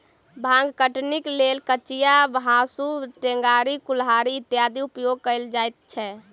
भांग कटनीक लेल कचिया, हाँसू, टेंगारी, कुरिहर इत्यादिक उपयोग कयल जाइत छै